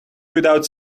without